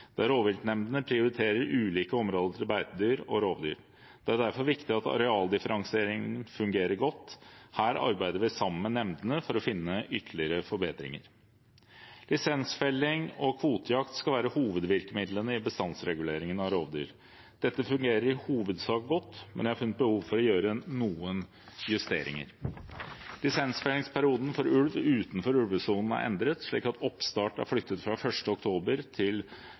der rovviltnemndene prioriterer ulike områder til beitedyr og rovdyr. Det er derfor viktig at arealdifferensieringen fungerer godt. Her arbeider vi sammen med nemndene for å finne ytterligere forbedringer. Lisensfelling og kvotejakt skal være hovedvirkemidlene i bestandsreguleringen av rovdyr. Dette fungerer i hovedsak godt, men jeg har funnet behov for å gjøre noen justeringer. Lisensfellingsperioden for ulv utenfor ulvesonen er endret, slik at oppstart er flyttet fra 1. oktober til